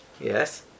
Yes